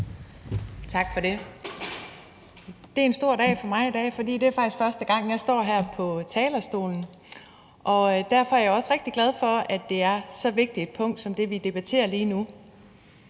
Tak for det. Det er en stor dag for mig i dag, for det er faktisk første gang, jeg står her på talerstolen. Derfor er jeg også rigtig glad for, at det er så vigtigt et punkt, som vi debatterer lige nu.